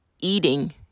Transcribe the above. eating